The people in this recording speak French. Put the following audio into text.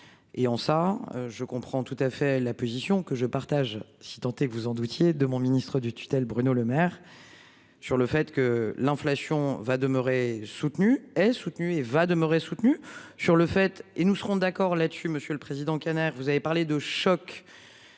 et on ça je comprends tout à fait la position que je partage si tenté vous en doutiez de mon ministre de tutelle Bruno Lemaire. Sur le fait que l'inflation va demeurer soutenue est soutenu et va demeurer soutenue sur le fait et nous serons d'accord là-dessus. Monsieur le Président, canard, vous avez parlé de choc.